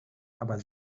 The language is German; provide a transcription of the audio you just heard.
aber